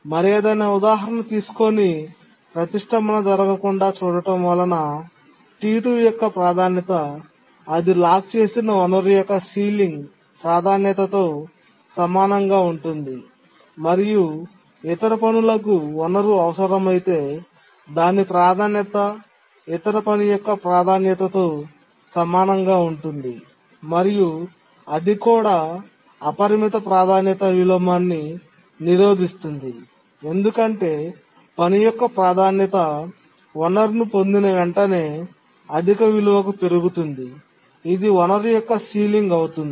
మరేదైనా ఉదాహరణ తీసుకొని ప్రతిష్ఠంభన జరగకుండా చూడటం వలన T2 యొక్క ప్రాధాన్యత అది లాక్ చేసిన వనరు యొక్క సీలింగ్ ప్రాధాన్యతతో సమానంగా ఉంటుంది మరియు ఇతర పనులకు వనరు అవసరమైతే దాని ప్రాధాన్యత ఇతర పని యొక్క ప్రాధాన్యతతో సమానంగా ఉంటుంది మరియు అది కూడా అపరిమిత ప్రాధాన్యత విలోమాన్ని నిరోధిస్తుంది ఎందుకంటే పని యొక్క ప్రాధాన్యత వనరును పొందిన వెంటనే అధిక విలువకు పెరుగుతుంది ఇది వనరు యొక్క సీలింగ్ అవుతుంది